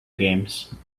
games